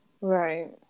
Right